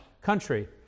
country